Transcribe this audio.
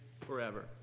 forever